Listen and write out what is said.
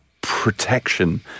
Protection